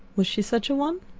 was she such a one?